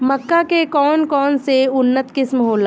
मक्का के कौन कौनसे उन्नत किस्म होला?